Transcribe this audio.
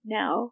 now